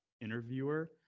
interviewer